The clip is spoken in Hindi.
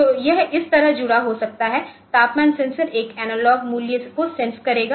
तो यह इस तरह जुड़ा हो सकता है तापमान सेंसर एक एनालॉग मूल्य को सेंस करेगा